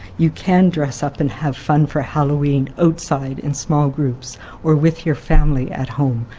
you can dress up and have fun for halloween outside in small groups or with your family at home.